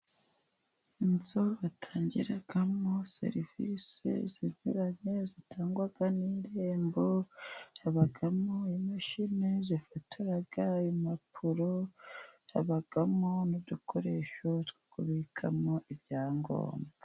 Inzu batangiramo serivisi zinyuranye zitangwa n'irembo, habamo imashini zifotora impapuro, habamo n'udukoresho two kubikamo ibyangombwa.